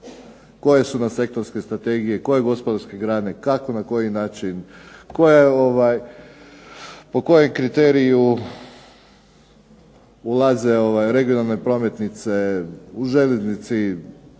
koje su nam sektorske strategije, koje gospodarske grane, kako, na koji način, po kojem kriteriju ulaze regionalne prometnice u željeznici.